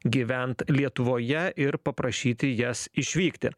gyvent lietuvoje ir paprašyti jas išvykti